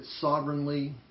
sovereignly